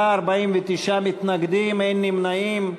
בעד, 34, 49 מתנגדים, אין נמנעים.